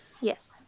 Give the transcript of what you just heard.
Yes